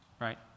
right